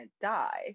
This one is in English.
die